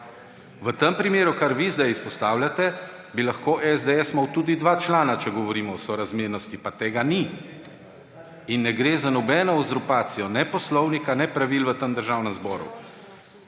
V tem primeru, kar vi zdaj izpostavljate, bi lahko SDS imel tudi dva člana, če govorimo o sorazmernosti, pa tega ni. Ne gre za nobeno uzurpacijo ne poslovnika, ne pravil v tem državnem zboru.